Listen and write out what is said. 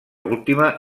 última